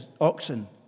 oxen